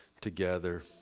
together